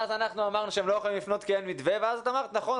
ואז אנחנו אמרנו שהם לא יכולים לפנות כי אין מתווה ואז את אמרת: נכון,